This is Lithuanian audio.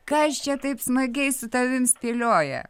kas čia taip smagiai su tavim spėlioja